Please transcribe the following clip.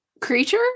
creature